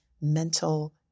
mental